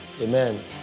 Amen